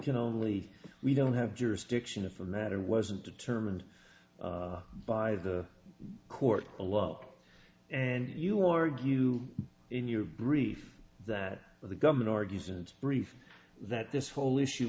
can only we don't have jurisdiction for matter wasn't determined by the court a lot and you argue in your brief that the government argues and brief that this whole issue